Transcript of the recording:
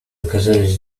оказались